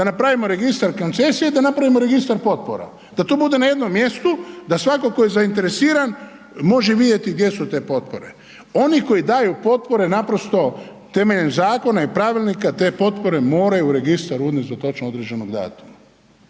da napravimo registar koncesija i da napravimo registar potpora da to bude na jednom mjestu da svatko tko je zainteresiran može vidjeti gdje su te potpore. Oni koji daju potpore naprosto temeljem zakona i pravilnika te potpore moraju u registar unijeti do točno određenog datuma.